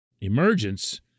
emergence